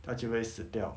它就会死掉